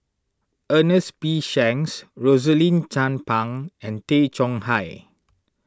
Ernest P Shanks Rosaline Chan Pang and Tay Chong Hai